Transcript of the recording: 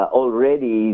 already